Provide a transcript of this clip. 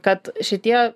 kad šitie